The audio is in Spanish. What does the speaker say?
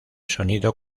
sonido